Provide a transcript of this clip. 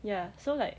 ya so like